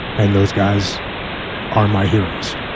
and those guys are my heroes.